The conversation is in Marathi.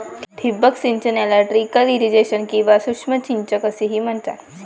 ठिबक सिंचन याला ट्रिकल इरिगेशन किंवा सूक्ष्म सिंचन असेही म्हणतात